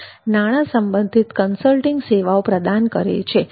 નાણા સંબંધિત કન્સલ્ટિંગ સેવાઓ પ્રદાન કરે છે